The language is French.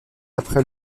après